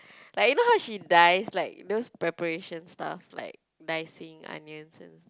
like you know how she dice like those preparation stuff like dicing onions and